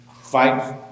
fight